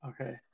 Okay